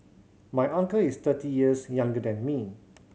my uncle is thirty years younger than me